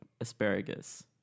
Asparagus